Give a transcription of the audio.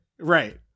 Right